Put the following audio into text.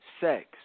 sex